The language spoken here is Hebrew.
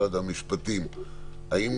האם